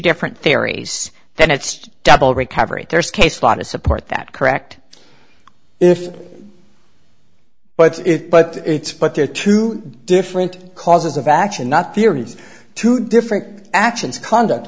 different theories then it's double recovery there's case law to support that correct if but if but it's but there are two different causes of action not theories two different actions conduct